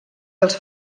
dels